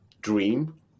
dream